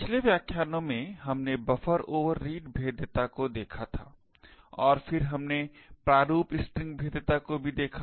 पिछले व्याख्यानों में हमने बफ़र ओवररीड भेद्यता को देखा था और फिर हमने प्रारूप स्ट्रिंग भेद्यता को भी देखा